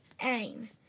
aim